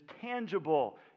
tangible